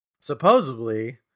Supposedly